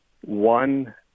one